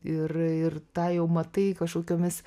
ir ir tą jau matai kažkokiomis